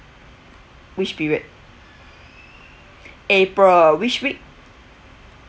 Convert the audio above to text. which period april which week